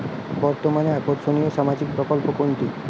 বর্তমানে আকর্ষনিয় সামাজিক প্রকল্প কোনটি?